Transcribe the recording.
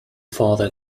father